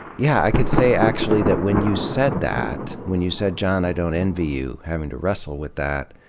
yeah. i could say, actually, that when you said that, when you said, john, i don't envy you having to wrestle with that,